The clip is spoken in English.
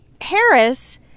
Harris